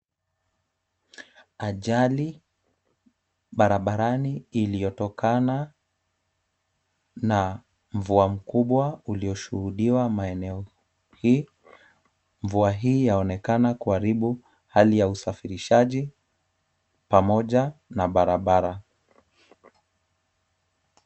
Ajali barabarani iliyotokana na mvua mkubwa ulioshuhudiwa maeneo hii. Mvua hii yaonekana kuharibu hali ya usafirishaji pamoja na barabara.